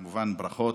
כמובן, ברכות,